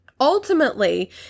ultimately